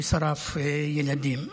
ששרף ילדים.